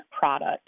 product